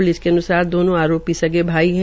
police के अन्सार दोनो आरोपी सगे भाई है